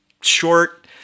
short